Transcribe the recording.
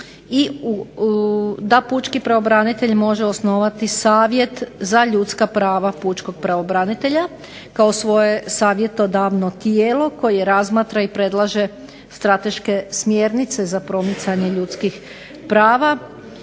da Pučki pravobranitelj može osnovati savjet za ljudska prava pučkog pravobranitelja kao svoje savjetodavno tijelo koje razmatra i predlaže strateške smjernice za promicanje ljudskih prava